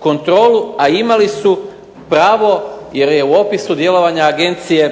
kontrolu, a imali su pravo jer je u opisu djelovanja agencija